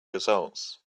results